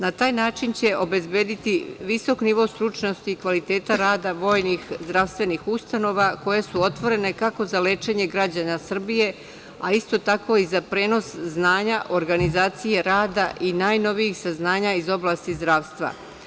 Na taj način će obezbediti visok nivo stručnosti i kvaliteta rada vojnih zdravstvenih ustanova, koje su otvorene kako za lečenje za građana Srbije, a isto tako i za prenos znanja, organizacije rada i najnovijih saznanja iz oblasti zdravstva.